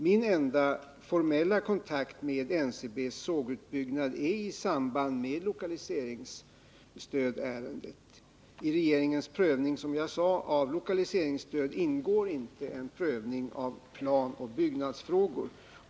Min enda formella kontakt med NCB:s sågutbyggnad gäller lokaliseringsstödsärendet. Som jag sade ingår i regeringens prövning av lokaliseringsstöd inte en prövning av planoch byggnadsfrågor.